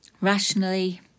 Rationally